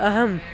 अहं